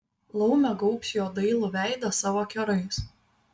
laumė gaubs jo dailų veidą savo kerais